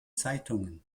zeitungen